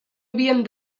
havien